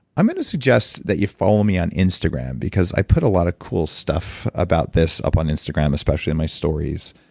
i'm going to suggest that you follow me on instagram, because i put a lot of cool stuff about this up on instagram, especially on my stories,